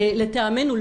לטעמנו,